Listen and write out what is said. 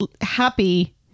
happy